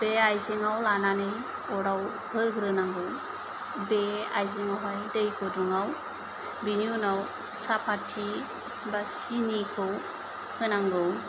बे आइजेङाव लानानै अराव होग्रोनांगौ बे आइजेङावहाय दै गुदुङाव बिनि उनाव साहपाति बा सिनिखौ होनांगौ